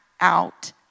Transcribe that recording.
out